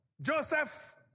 Joseph